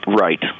right